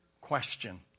question